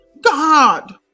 God